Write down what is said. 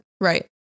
Right